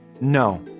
no